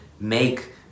make